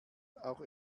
auch